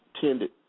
tended